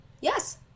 Yes